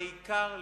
העיקר לשרוד.